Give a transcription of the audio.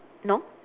no